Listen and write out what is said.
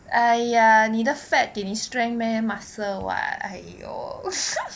!aiya! 你的 fat 给你 strength meh muscle [what] !aiyo!